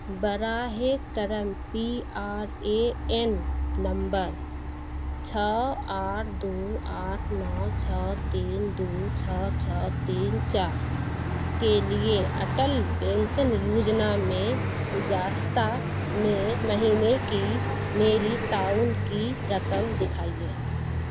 براہ کرم P R A N number چھ آٹھ دو آٹھ نو چھ تین دو چھ چھ تین چار کے لیے اٹل پینشن یوجنا میں گجاستہ میں مہینے کی میری تعاون کی رقم دکھائیے